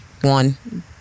one